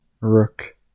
Rook